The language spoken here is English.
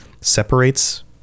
separates